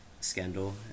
scandal